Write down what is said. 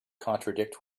contradict